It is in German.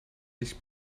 sich